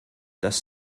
dass